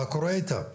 מה קורה איתם?